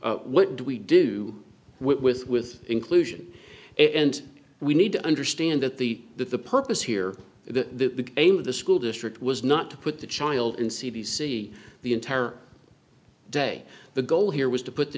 argument what do we do with with inclusion and we need to understand that the that the purpose here the aim of the school district was not to put the child in c v see the entire day the goal here was to put the